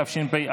התשפ"א,